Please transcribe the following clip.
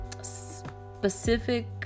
specific